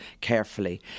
carefully